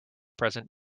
present